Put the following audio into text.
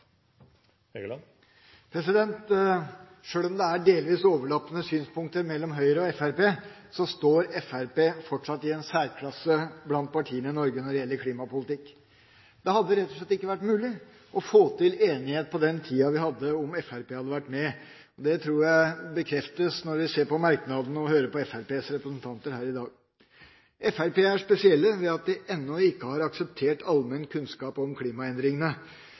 våre. Sjøl om det er delvis overlappende synspunkter mellom Høyre og Fremskrittspartiet, står Fremskrittspartiet fortsatt i en særklasse blant partiene i Norge når det gjelder klimapolitikk. Det hadde rett og slett ikke vært mulig å få til enighet på den tida vi hadde, om Fremskrittspartiet hadde vært med. Det tror jeg bekreftes når vi ser på merknadene og hører på Fremskrittspartiets representanter her i dag. Fremskrittspartiet er spesielle ved at de ennå ikke har akseptert allmenn kunnskap om